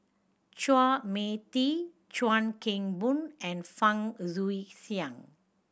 Chua Mia Tee Chuan Keng Boon and Fang Guixiang